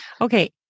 okay